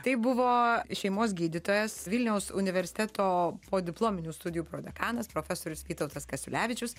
tai buvo šeimos gydytojas vilniaus universiteto podiplominių studijų prodekanas profesorius vytautas kasiulevičius